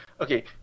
okay